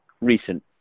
recent